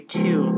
two